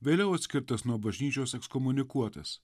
vėliau atskirtas nuo bažnyčios ekskomunikuotas